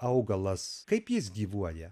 augalas kaip jis gyvuoja